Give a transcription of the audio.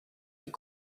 this